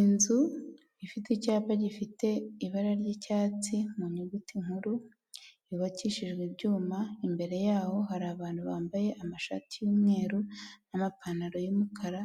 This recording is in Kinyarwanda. Inzu ifite icyapa gifite ibara ry'icyatsi mu nyuguti nkuru; yubakishijwe ibyuma, imbere yaho hari abantu bambaye amashati y'umweru n'amapantaro y'umukara;